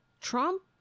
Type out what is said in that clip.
Trump